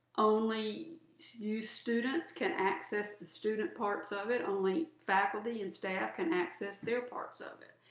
only you students can access the student parts of it, only faculty and staff can access their parts of it.